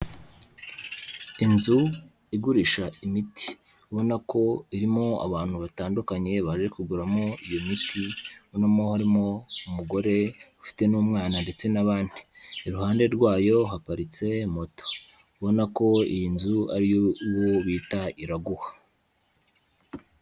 Inzu igurisha imiti. Urabona ko irimo abantu batandukanye baje kuguramo iyo miti, ubona harimo umugore ufite n'umwana ndetse n'abandi, iruhande rwayo haparitse moto. Ubona ko iyi nzu ari iyo uwo bita Iraguha.